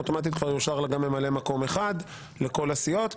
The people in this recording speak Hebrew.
אוטומטית כבר יאושר לה גם ממלא מקום אחד לכל הסיעות,